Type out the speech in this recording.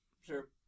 sure